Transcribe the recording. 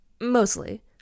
Mostly